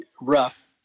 rough